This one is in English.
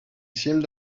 seemed